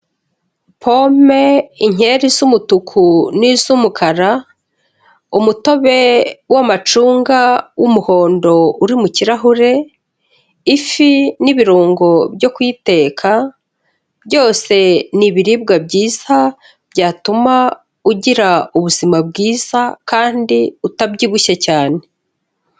Pome, inkeri z'umutuku n'iz'umukara, umutobe w'amacunga w'umuhondo uri mu kirahure, ifi n'ibirungo byo kuyiteka, byose ni ibiribwa byiza byatuma ugira ubuzima bwiza kandi utabyibushye cyane.